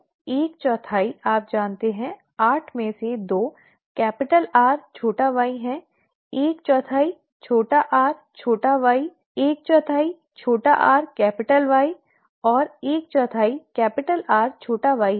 इसलिए एक चौथाई आप जानते हैं आठ में से दो कैपिटल R छोटा y है एक चौथाई छोटा r छोटा y एक चौथाई छोटा r कैपिटल Y और एक चौथाई कैपिटल R छोटा y है